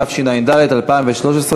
התשע"ד 2013,